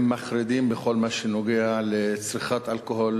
מחרידים בכל מה שנוגע לצריכת אלכוהול